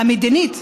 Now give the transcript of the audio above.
המדינית.